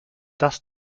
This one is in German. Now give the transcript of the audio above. das